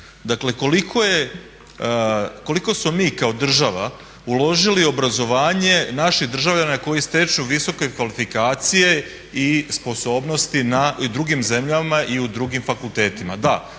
dakle koliko smo mi kao država uložili u obrazovanje naših državljana koji stječu visoke kvalifikacije i sposobnosti i u drugim zemljama i u drugim fakultetima.